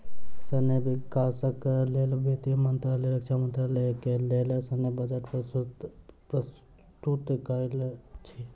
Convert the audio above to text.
सैन्य विकासक लेल वित्त मंत्रालय रक्षा मंत्रालय के लेल सैन्य बजट प्रस्तुत करैत अछि